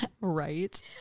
right